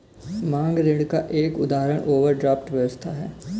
मांग ऋण का एक उदाहरण ओवरड्राफ्ट व्यवस्था है